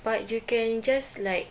but you can just like